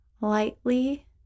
lightly